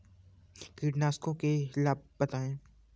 कीटनाशकों के लाभ बताएँ?